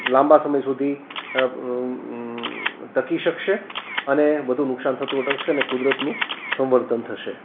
લાંબા સમય સુધી ટકી શકશે અને વધુ નુકસાન થતું અટકશે અને કુદરતનું સંવર્ધન થશે